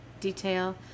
detail